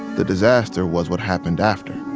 the disaster was what happened after